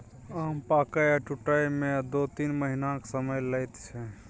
आम पाकय आ टुटय मे दु तीन महीनाक समय लैत छै